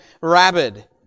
rabid